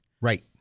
Right